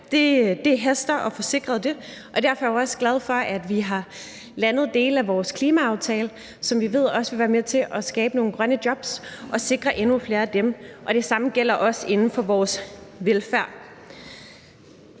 Det haster med at få sikret det, og derfor er jeg jo også glad for, at vi har landet dele af vores klimaaftale, som vi ved også vil være med til at skabe nogle grønne jobs og sikre endnu flere af dem. Og det samme gælder inden for vores velfærd.